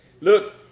Look